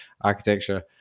architecture